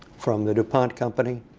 from the dupont company,